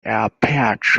apiarist